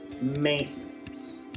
maintenance